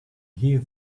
here